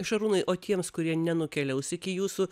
šarūnai o tiems kurie nenukeliaus iki jūsų